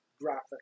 graphic